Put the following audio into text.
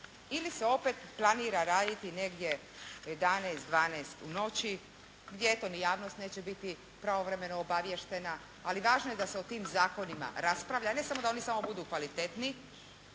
ili se opet planira negdje od 11, 12 u noći gdje eto ni javnost neće biti pravovremeno obaviještena ali važno je da se o tim zakonima raspravlja, ne samo da oni samo budu kvalitetni